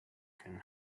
can